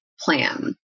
plan